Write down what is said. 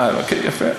יפה.